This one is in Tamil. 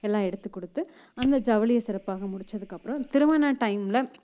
எல்லாம் எடுத்து கொடுத்து அந்த ஜவுளியை சிறப்பாக முடிச்சதுக்கப்புறம் திருமண டைமில்